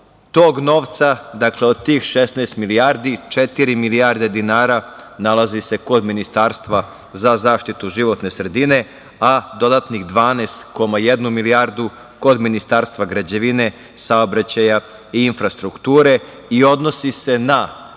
tog novca, od tih 16 milijardi, četiri milijarde dinara nalazi se kod Ministarstva za zaštitu životne sredine, a dodatnih 12,1 milijardu kod Ministarstva građevine, saobraćaja i infrastrukture i odnosi se na